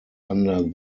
under